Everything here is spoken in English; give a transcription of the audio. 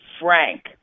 Frank